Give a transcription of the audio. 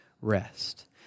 rest